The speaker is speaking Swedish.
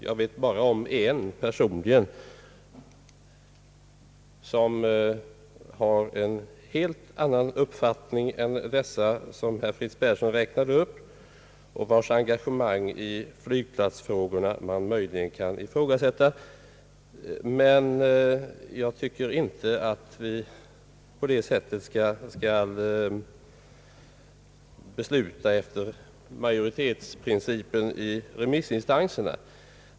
Jag vet personligen bara om en, som har en helt annan uppfattning än de remissinstanser som herr Fritz Persson räknade upp och vilkas engagemang i flygplatsfrågorna man möjligen kan ifrågasätta. Emellertid tycker jag inte att man på det sättet skall tillämpa majoritetsprincipen när det gäller remissinstanserna.